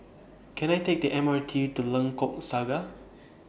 Can I Take The M R T to Lengkok Saga